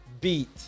beat